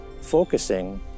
focusing